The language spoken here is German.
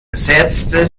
setzte